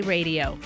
Radio